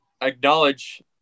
acknowledge